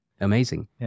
Amazing